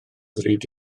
ddrud